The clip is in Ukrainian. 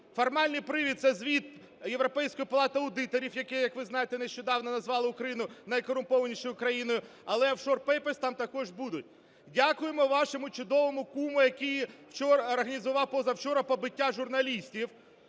Формальний привід – це звіт Європейської палати аудиторів, яка, як ви знаєте, нещодавно назвала Україну найкорумпованішою країною, але офшор Papers там також будуть. Дякуємо вашому чудовому куму, який вчора організував, позавчора, побиття журналістів.